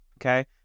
Okay